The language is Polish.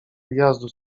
wyjazdu